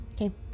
Okay